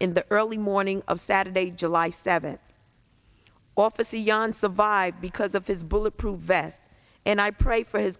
in the early morning of saturday july seventh officer yan survived because of his bulletproof vest and i pray for his